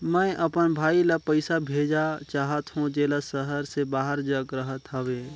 मैं अपन भाई ल पइसा भेजा चाहत हों, जेला शहर से बाहर जग रहत हवे